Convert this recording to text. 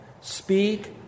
Speak